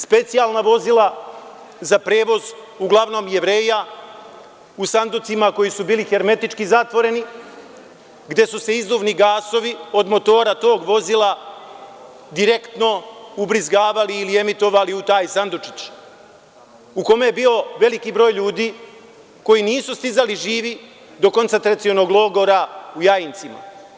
Specijalna vozila za prevoz, uglavnom Jevreja, u sanducima koji su bili hermetički zatvoreni, gde su se izduvni gasovi od motora tog vozila direktno ubrizgavali ili emitovali u taj sandučić u kome je bio veliki broj ljudi koji nisu stizali živi do koncentracionog logora u Jajincima?